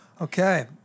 Okay